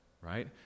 right